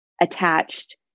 attached